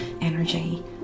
energy